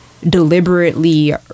Deliberately